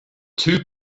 two